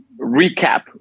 recap